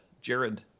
Jared